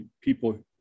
people